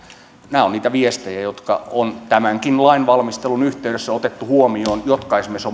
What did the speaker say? nämä ovat niitä viestejä jotka on tämänkin lain valmistelun yhteydessä otettu huomioon jotka ovat esimerkiksi